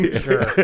Sure